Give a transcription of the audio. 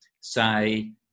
say